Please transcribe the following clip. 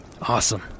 Awesome